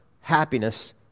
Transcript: happiness